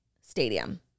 stadium